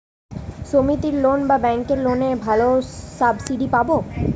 সমিতির লোন না ব্যাঙ্কের লোনে ভালো সাবসিডি পাব?